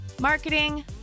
marketing